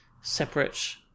separate